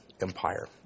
empire